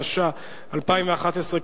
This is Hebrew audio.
התשע"א 2011,